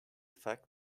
effect